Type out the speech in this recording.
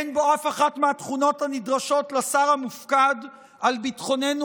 אין בו אף אחת מהתכונות הנדרשות לשר המופקד על ביטחוננו